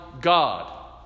God